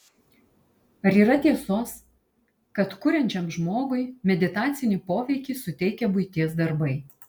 ar yra tiesos kad kuriančiam žmogui meditacinį poveikį suteikia buities darbai